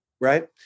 Right